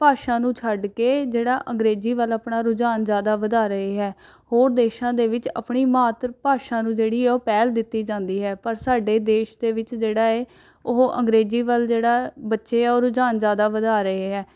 ਭਾਸ਼ਾ ਨੂੰ ਛੱਡ ਕੇ ਜਿਹੜਾ ਅੰਗਰੇਜ਼ੀ ਵੱਲ ਆਪਣਾ ਰੁਝਾਨ ਜ਼ਿਆਦਾ ਵਧਾ ਰਹੇ ਹੈ ਹੋਰ ਦੇਸ਼ਾਂ ਦੇ ਵਿੱਚ ਆਪਣੀ ਮਾਤ ਭਾਸ਼ਾ ਨੂੰ ਜਿਹੜੀ ਹੈ ਉਹ ਪਹਿਲ ਦਿੱਤੀ ਜਾਂਦੀ ਹੈ ਪਰ ਸਾਡੇ ਦੇਸ਼ ਦੇ ਵਿੱਚ ਜਿਹੜਾ ਹੈ ਉਹ ਅੰਗਰੇਜ਼ੀ ਵੱਲ ਜਿਹੜਾ ਬੱਚੇ ਆ ਉਹ ਰੁਝਾਨ ਜ਼ਿਆਦਾ ਵਧਾ ਰਹੇ ਹੈ